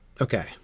Okay